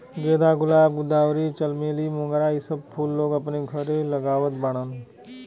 गेंदा, गुलाब, गुलदावरी, चमेली, मोगरा इ सब फूल लोग अपने घरे लगावत बाड़न